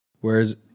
Whereas